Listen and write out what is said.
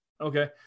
Okay